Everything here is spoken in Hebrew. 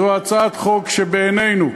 זו הצעת חוק שבעינינו,